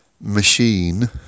machine